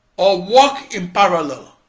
or work in parallel,